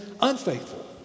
unfaithful